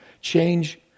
change